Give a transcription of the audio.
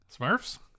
smurfs